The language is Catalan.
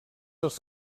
els